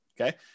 okay